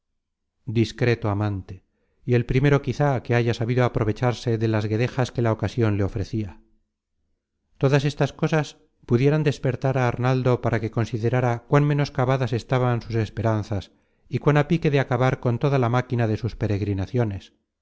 discreto amante y el primero quizá que haya sabido aprovecharse de las guedejas que la ocasion le ofrecia todas estas cosas pudieran despertar á arnaldo para que considerara cuán menoscabadas estaban sus esperanzas y cuán á pique de acabar con toda la máquina de sus peregrinaciones